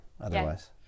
otherwise